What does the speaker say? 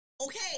Okay